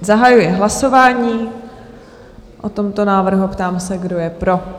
Zahajuji hlasování o tomto návrhu a ptám se, kdo je pro.